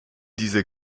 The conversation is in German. diese